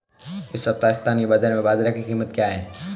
इस सप्ताह स्थानीय बाज़ार में बाजरा की कीमत क्या है?